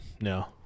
No